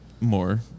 more